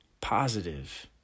positive